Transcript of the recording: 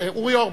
אורי אורבך.